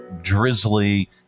drizzly